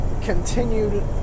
continued